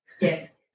Yes